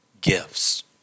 gifts